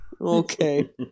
okay